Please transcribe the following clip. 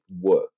work